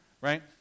right